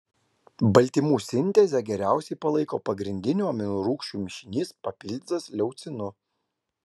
baltymų sintezę geriausiai palaiko pagrindinių aminorūgščių mišinys papildytas leucinu